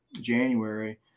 January